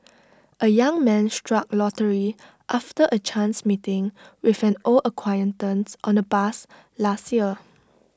A young man struck lottery after A chance meeting with an old acquaintance on A bus last year